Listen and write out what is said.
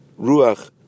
Ruach